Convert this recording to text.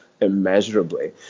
immeasurably